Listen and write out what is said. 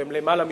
שהן למעלה מ-30.